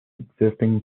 existing